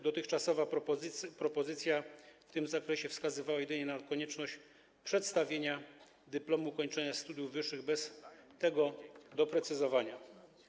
Dotychczasowa propozycja w tym zakresie wskazywała jedynie na konieczność przedstawienia dyplomu ukończenia studiów wyższych bez tego doprecyzowania.